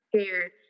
scared